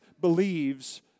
believes